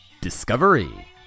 Discovery